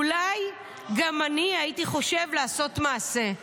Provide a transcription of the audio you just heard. אולי גם אני הייתי חושב לעשות מעשה".